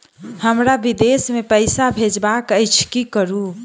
हमरा विदेश मे पैसा भेजबाक अछि की करू?